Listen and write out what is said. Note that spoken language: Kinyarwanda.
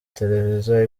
televiziyo